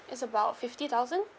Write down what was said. it's about fifty thousand